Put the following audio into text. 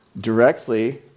directly